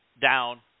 down